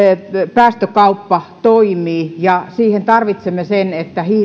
päästökauppa toimii ja siihen tarvitsemme sen että